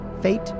fate